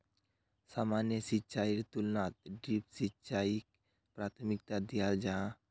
सामान्य सिंचाईर तुलनात ड्रिप सिंचाईक प्राथमिकता दियाल जाहा